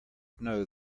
know